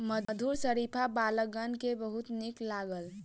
मधुर शरीफा बालकगण के बहुत नीक लागल